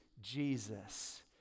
Jesus